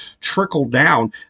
Trickle-down